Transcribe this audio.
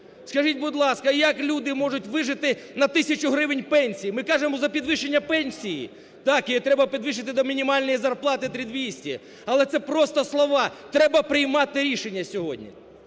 Скажіть, будь ласка, як люди можуть вижити на тисячу гривень пенсії? Ми кажемо за підвищення пенсії, так, її треба підвищити до мінімальної зарплати 3.200, але це просто слова, треба приймати рішення сьогодні.